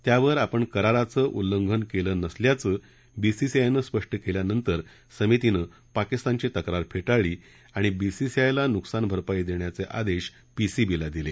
त्यावर आपण कराराचं उल्लंघन केलं नसल्याचं बीसीसीआयनं समितीपुढं स्पष्ट केल्यानंतर समितीनं पाकिस्तानची तक्रार फेटाळली आणि बीसीसीआयला नुकसान भरपाई देण्याचे आदेश पीसीबीला दिले